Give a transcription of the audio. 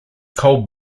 cold